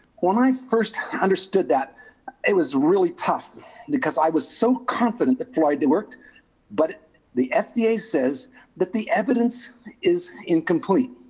when i first understood that it was really tough because i was so confident that fluoride worked but the fda says that the evidence is incomplete.